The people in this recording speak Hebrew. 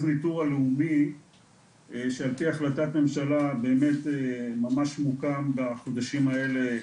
לניטור שעל פי החלטת ממשלה באמת מוקם בחודשים האלה,